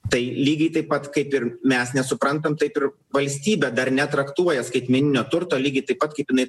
tai lygiai taip pat kaip ir mes nesuprantam taip ir valstybė dar netraktuoja skaitmeninio turto lygiai taip pat kaip jinai